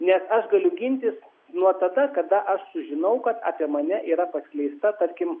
nes aš galiu gintis nuo tada kada aš sužinau kad apie mane yra paskleista tarkim